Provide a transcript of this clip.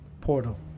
portal